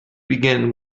begin